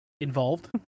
involved